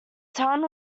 town